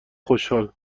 خوشحال